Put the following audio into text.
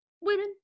women